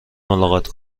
ملاقات